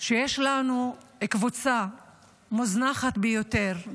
שיש לנו קבוצה מוזנחת ביותר,